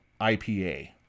IPA